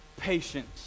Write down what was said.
patience